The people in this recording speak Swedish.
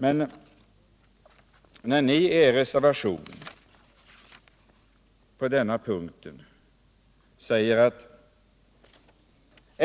Men ni säger i er reservation på denna punkt: